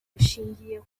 bushingiye